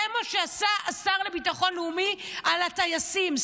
זה מה שעשה השר לביטחון לאומי על הטייסים,